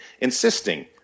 insisting